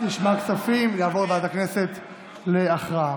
נשמע כספים, תעבור לוועדת הכנסת להכרעה.